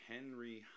Henry